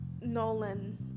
Nolan